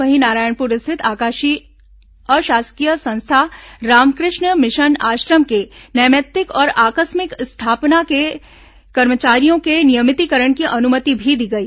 वहीं नारायणपुर स्थित अशासकीय संस्था रामकृष्ण मिशन आश्रम के नैमित्तिक और आकस्मिक स्थापना के कर्मचारियों के नियमितीकरण की अनुमति भी दी गई